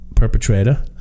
Perpetrator